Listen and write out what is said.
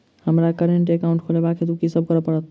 हमरा current account खोलेवाक हेतु की सब करऽ पड़त?